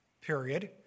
period